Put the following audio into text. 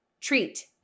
treat